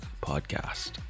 Podcast